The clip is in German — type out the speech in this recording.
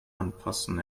anpassen